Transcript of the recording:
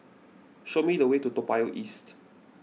show me the way to Toa Payoh East